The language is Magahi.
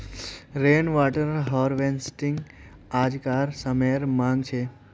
रेन वाटर हार्वेस्टिंग आज्कार समयेर मांग छे